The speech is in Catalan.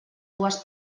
dues